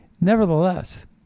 nevertheless